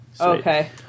Okay